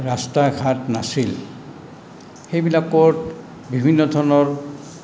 ৰাস্তা ঘাট নাছিল সেইবিলাকত বিভিন্ন ধৰণৰ